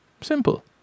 Simple